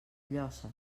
llosses